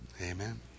Amen